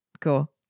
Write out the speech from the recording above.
cool